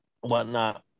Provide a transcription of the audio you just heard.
whatnot